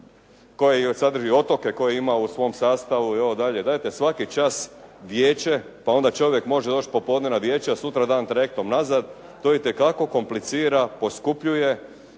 koja sadrži otoke, koja ima u svom sastavu, evo dalje, dajte svaki čas vijeće pa onda čovjek može doći popodne na vijeće, a sutradan trajektom nazad. To itekako komplicira, poskupljuje